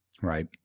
right